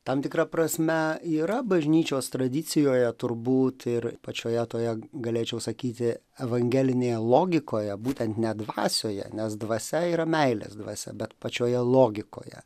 tam tikra prasme yra bažnyčios tradicijoje turbūt ir pačioje toje galėčiau sakyti evangelinėje logikoje būtent ne dvasioje nes dvasia yra meilės dvasia bet pačioje logikoje